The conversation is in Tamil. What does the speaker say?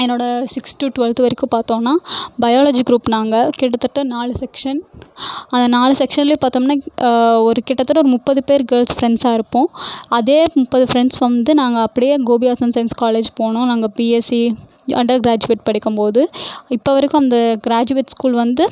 என்னோடய சிக்ஸ் டூ ட்வல்த் வரைக்கும் பார்த்தோம்னா பயாலஜி க்ரூப் நாங்கள் கிட்டத்தட்ட நாலு செக்ஷன் அந்த நாலு செக்க்ஷன்லையும் பார்த்தோம்னா ஒரு கிட்டத்தட்ட ஒரு முப்பது பேர் கேர்ல்ஸ் ஃப்ரெண்ட்ஸாக இருப்போம் அதே முப்பது ஃப்ரெண்ட்ஸ் வந்து நாங்கள் அப்படியே Gobi arts and science college போனோம் நாங்கள் பிஎஸ்சி அண்டர் க்ராஜுவேட் படிக்கும்போது இப்போ வரைக்கும் அந்த க்ராஜுவேட் ஸ்கூல் வந்து